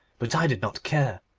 but i did not care.